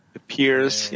appears